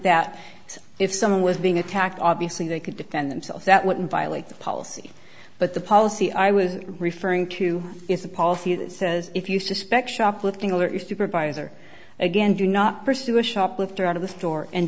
that if someone was being attacked obviously they could defend themselves that wouldn't violate the policy but the policy i was referring to is a policy that says if you suspect shoplifting or if supervisor again do not pursue a shoplifter out of the store and